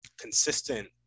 consistent